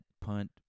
punt